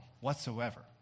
whatsoever